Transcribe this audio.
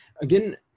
Again